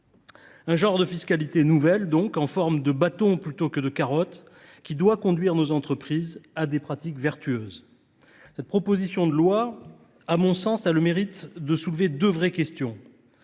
d’un genre de fiscalité nouvelle, en forme de bâton plutôt que de carotte, qui doit conduire nos entreprises à des pratiques vertueuses. Cette proposition de loi, à mon sens, a le mérite de soulever deux vraies questions.